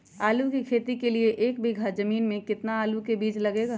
आलू की खेती के लिए एक बीघा जमीन में कितना आलू का बीज लगेगा?